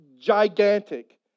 gigantic